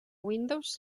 windows